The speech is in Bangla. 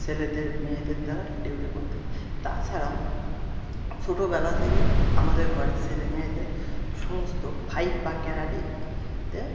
ছেলেদের মেয়েদের দ্বারা ডিউটি করতে হবে তাছাড়াও ছোটোবেলা থেকে আমাদের ঘরের ছেলে মেয়েদের সমস্ত ফাইট বা ক্যারাটেতে